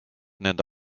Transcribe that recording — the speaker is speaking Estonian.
nende